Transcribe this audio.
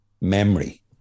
memory